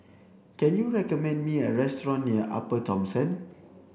can you recommend me a restaurant near Upper Thomson